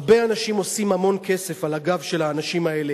הרבה אנשים עושים המון כסף על הגב של האנשים האלה,